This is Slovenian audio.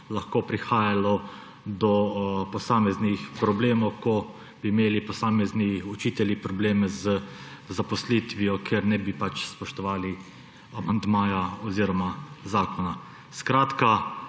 lahko prihajalo do posameznih problemov, ko bi imeli posamezni učitelji probleme z zaposlitvijo, ker ne bi spoštovali amandmaja oziroma zakona. Namesto